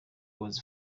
was